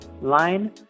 line